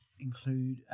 include